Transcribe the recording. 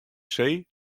see